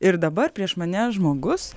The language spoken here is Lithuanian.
ir dabar prieš mane žmogus